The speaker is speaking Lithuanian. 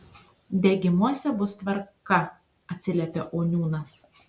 degimuose bus tvarka atsiliepia oniūnas